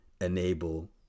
enable